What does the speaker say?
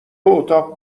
اتاق